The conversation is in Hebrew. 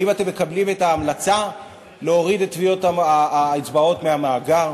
האם אתם מקבלים את ההמלצה להוריד את טביעות האצבעות מהמאגר?